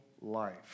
life